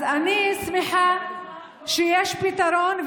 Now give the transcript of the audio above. אני שמחה שיש פתרון,